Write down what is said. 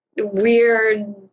weird